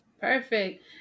Perfect